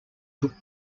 took